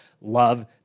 Love